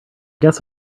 guess